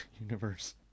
universe